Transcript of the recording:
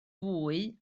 fwy